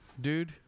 dude